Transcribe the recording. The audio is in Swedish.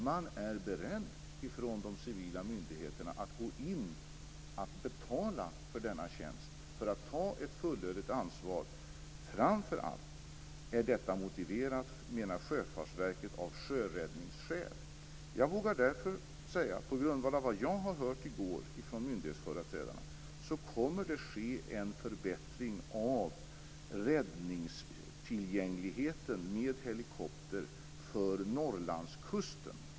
De civila myndigheterna är beredda att gå in och betala för denna tjänst för att ta ett fulllödigt ansvar. Framför allt är detta motiverat av sjöräddningsskäl, menar Sjöfartsverket. Jag vågar därför säga att på grundval av vad jag har hört från myndighetsföreträdarna i går, kommer det att ske en förbättring av räddningstillgängligheten med helikopter för Norrlandskusten.